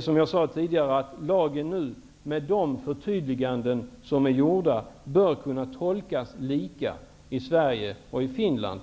som jag sade tidigare, att lagen nu, med de förtydliganden som är gjorda, bör kunna tolkas på samma sätt i Sverige och Finland.